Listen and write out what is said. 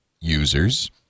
users